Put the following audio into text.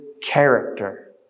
character